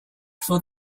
for